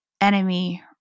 enemy